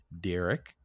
Derek